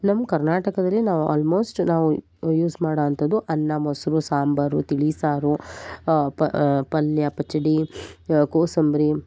ನಮ್ಮ ಕರ್ನಾಟಕದಲ್ಲಿ ನಾವು ಆಲ್ಮೋಸ್ಟ್ ನಾವು ಯೂಸ್ ಮಾಡುವಂಥದ್ದು ಅನ್ನ ಮೊಸರು ಸಾಂಬಾರು ತಿಳಿಸಾರು ಪಲ್ಯ ಪಚಡಿ ಕೋಸಂಬರಿ